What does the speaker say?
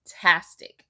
Fantastic